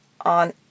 on